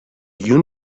you